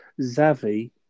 Zavi